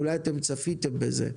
אולי צפיתם בזה.